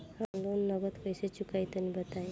हम लोन नगद कइसे चूकाई तनि बताईं?